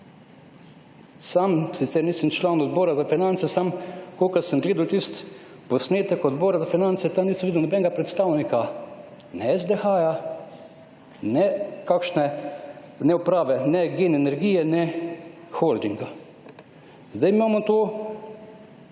Sam sicer nisem član Odbora za finance, ampak ko sem gledal tisti posnetek Odbora za finance, tam nisem videl nobenega predstavnika SDH, ne predstavnika uprave Gen energije, ne Holdinga. Zdaj imamo na